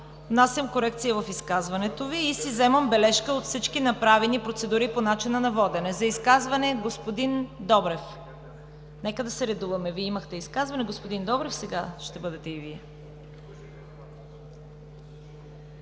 внасям корекция в изказването Ви и си вземам бележка от всички направени процедури по начина на водене. За изказване – господин Добрев. Нека да се редуваме – Вие имахте изказване, господин Добрев, сега ще бъдете Вие.